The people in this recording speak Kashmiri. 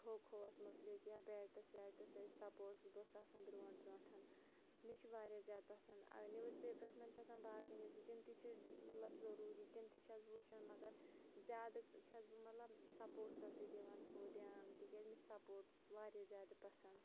کھو کھووَس مُتعلِق یا بیٹٕس ویٹٕس ٲسۍ سَپوٹٕس بہٕ ٲسٕس آسان برٛونٛٹھ برٛونٛٹھ مےٚ چھِ واریاہ زیادٕ پَسنٛد نِوٕز پیپرَس منٛز چھِ آسان باقٕے نِوِز تِم تہِ چھِ مطلب ضٔروٗری تِم تہِ چھَس بہٕ وٕچھان مگر زیادٕ چھَس بہٕ مطلب سَپوٹسَسٕے دِوان ہُہ دھیٛان تِکیازِ مےٚ چھِ سَپوٹٕس واریاہ زیادٕ پَسنٛد